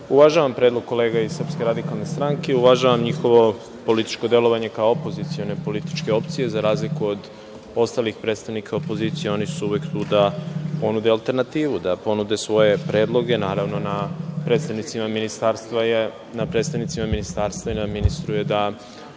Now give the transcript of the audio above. grupe. Uvažavam predlog kolega iz SRS, uvažavam njihovo političko delovanje kao opozicione političke opcije, za razliku ostalih predstavnika opozicije. Oni su uvek tu da ponude alternativu, da ponude svoje predloge. Naravno na predstavnicima ministarstva je i na ministru je